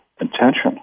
intention